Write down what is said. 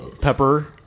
pepper